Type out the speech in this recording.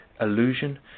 illusion